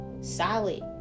solid